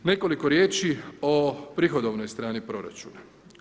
Nekoliko riječi o prihodovnoj strani proračuna.